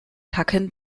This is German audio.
tacken